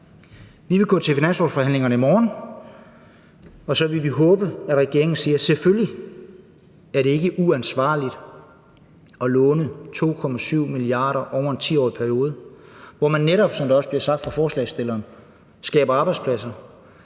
Vi vil gå til finanslovsforhandlingerne i morgen, og så vil vi håbe, at regeringen siger: Selvfølgelig er det ikke uansvarligt at låne 2,7 mia. kr. over en 10-årig periode. Her kan man netop, som der også bliver sagt af forslagsstillerne, skabe arbejdspladser,